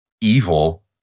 evil